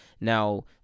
now